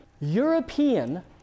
European